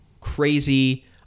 crazy